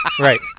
Right